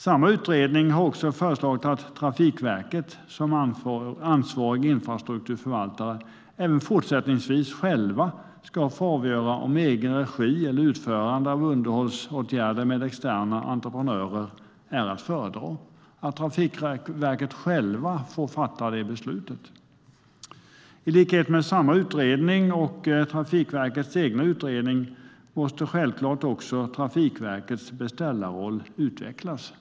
Samma utredning har också föreslagit att Trafikverket, som ansvarig infrastrukturförvaltare, även fortsättningsvis självt ska få avgöra om egen regi eller utförande av underhållsåtgärder med externa entreprenörer är att föredra, alltså att Trafikverket självt får fatta detta beslut. I likhet med samma utredning och Trafikverkets egen utredning måste Trafikverkets beställarroll självklart utvecklas.